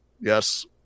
Yes